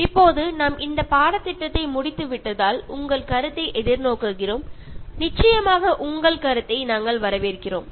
இப்போது நாம் இந்தப் பாடத்திட்டத்தை முடித்துவிட்டதால் உங்கள் கருத்தை எதிர்நோக்குகிறோம் நிச்சயமாக உங்கள் கருத்தை நாங்கள் வரவேற்கிறோம்